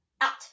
out